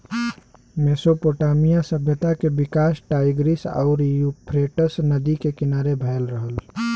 Mesopotamia सभ्यता के विकास टाईग्रीस आउर यूफ्रेटस नदी के किनारे भयल रहल